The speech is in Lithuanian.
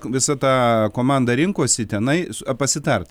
visa ta komanda rinkosi tenai pasitart